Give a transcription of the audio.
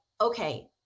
okay